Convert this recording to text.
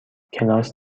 کلاس